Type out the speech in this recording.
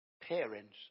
parents